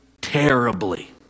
terribly